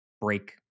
break